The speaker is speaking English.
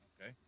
Okay